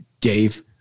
Dave